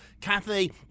Kathy